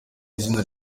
izina